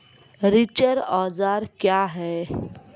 रिचर औजार क्या हैं?